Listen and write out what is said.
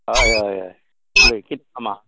हय हय हय उलय कित काम आहा